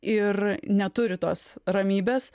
ir neturi tos ramybės